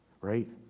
right